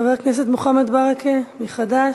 חבר הכנסת מוחמד ברכה מחד"ש,